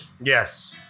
Yes